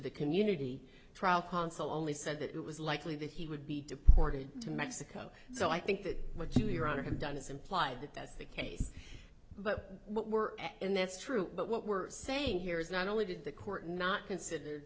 the community trial counsel only said that it was likely that he would be deported to mexico so i think that what you your honor have done is implied that that's the case but what we're in that's true but what we're saying here is not only did the court not consider